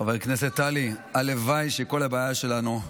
חברת הכנסת טלי, הלוואי שכל הבעיה שלנו,